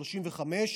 1935,